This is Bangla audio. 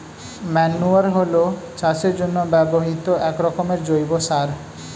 ম্যান্যুর হলো চাষের জন্য ব্যবহৃত একরকমের জৈব সার